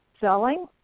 selling